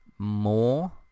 more